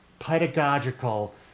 pedagogical